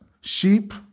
sheep